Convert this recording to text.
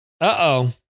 Uh-oh